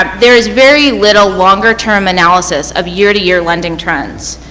um there is very little longer-term analysis of year-to-year lending trends.